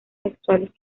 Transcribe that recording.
sexuales